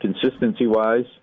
consistency-wise